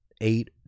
eight